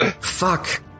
Fuck